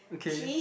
okay